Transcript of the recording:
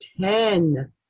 ten